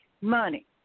money